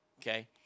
Okay